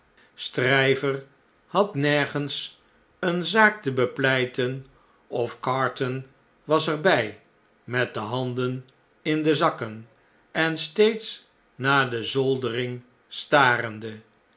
stryver had nergens eene zaak te bepleiten of carton was er bjj met de handen in de zakken en steeds naar de zoldering starende